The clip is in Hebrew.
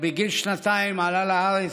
ובגיל שנתיים עלה לארץ.